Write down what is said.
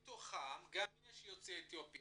מתוכם יש גם יוצאי אתיופיה.